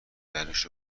درش